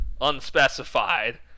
unspecified